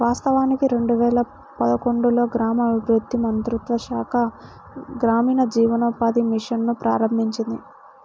వాస్తవానికి రెండు వేల పదకొండులో గ్రామీణాభివృద్ధి మంత్రిత్వ శాఖ గ్రామీణ జీవనోపాధి మిషన్ ను ప్రారంభించింది